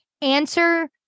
answer